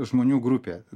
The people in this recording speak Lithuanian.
žmonių grupė